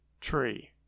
tree